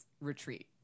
retreat